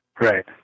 Right